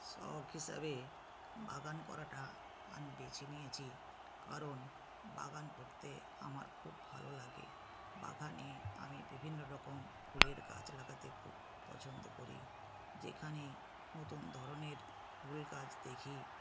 শখ হিসাবে বাগান করাটা আমি বেছে নিয়েছি কারণ বাগান করতে আমার খুব ভালো লাগে বাগানে আমি বিভিন্ন রকম ফুলের গাছ লাগাতে খুব পছন্দ করি যেখানে নতুন ধরনের ফুল গাছ দেখি